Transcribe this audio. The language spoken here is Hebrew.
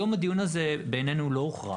בעינינו, הדיון הזה לא הוכרע.